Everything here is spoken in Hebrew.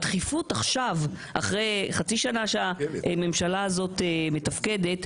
הדחיפות עכשיו, אחרי חצי שנה שהממשלה הזאת מתפקדת,